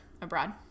abroad